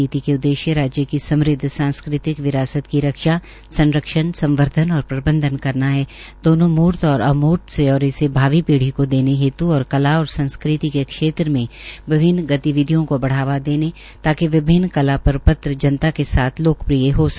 नीति के उद्देश्य राज्य की समृद्ध सांस्कृतिक विरासत की रक्षा संरक्षण संर्वधन और प्रबंधन करना है दोनों मूर्त और अमूर्त से और इसे भावी पीढ़ी को देने हेत् और कला और संस्कृति के क्षेत्र में विभिन्न गतिविधियों को बढ़ावा देने ताकि विभिन्न कला प्रपत्र जनता के साथ लोकप्रिय हो सकें